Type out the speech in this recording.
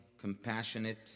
compassionate